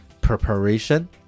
preparation